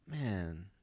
Man